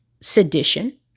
sedition